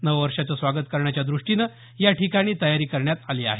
नव वर्षाचं स्वागत करण्याच्या दृष्टीनं या ठिकाणी तयारी करण्यात आली आहे